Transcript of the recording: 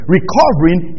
Recovering